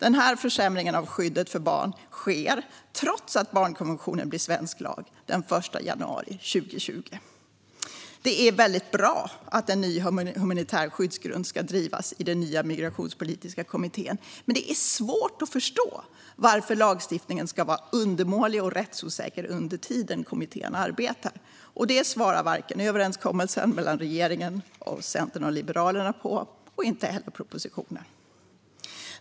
Denna försämring av skyddet för barn sker trots att barnkonventionen blir svensk lag den 1 januari 2020. Det är väldigt bra att en ny humanitär skyddsgrund ska drivas i den nya migrationspolitiska kommittén. Men det är svårt att förstå varför lagstiftningen ska vara undermålig och rättsosäker under tiden kommittén arbetar. Det svarar inte överenskommelsen mellan regeringen och Centern och Liberalerna på och inte heller propositionen.